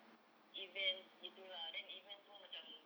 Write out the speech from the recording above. events gitu lah then events semua macam